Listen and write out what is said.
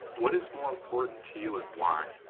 what is more important to you and why?